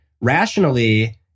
rationally